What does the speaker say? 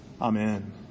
Amen